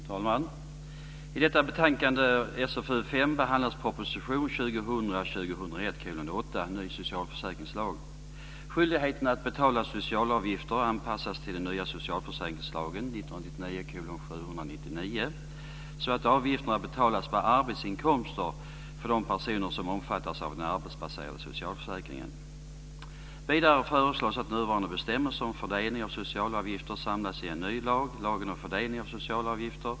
Fru talman! I detta betänkande, SfU5, behandlas proposition 2000/01:8 Ny socialavgiftslag. Skyldigheten att betala socialavgifter anpassas till den nya socialförsäkringslagen, 1999:799, så att avgifter betalas på arbetsinkomster för de personer som omfattas av den arbetsbaserade socialförsäkringen. Vidare föreslås att nuvarande bestämmelser om fördelning av socialavgifter samlas i en ny lag, lagen om fördelning av socialavgifter.